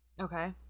Okay